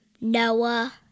Noah